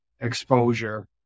exposure